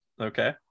okay